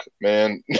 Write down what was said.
man